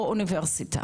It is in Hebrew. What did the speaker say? או אוניברסיטה.